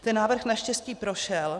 Ten návrh naštěstí prošel.